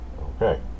Okay